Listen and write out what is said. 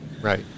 right